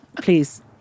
Please